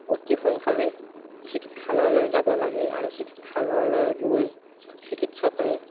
অতি সোনকালে চিকিৎসালয়লৈ যাব লাগে আৰু চিকিৎসালয়লৈ গৈ চিকিৎসকে